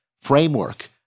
framework